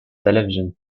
television